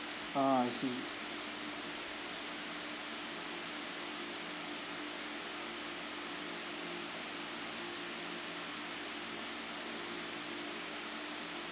ah I see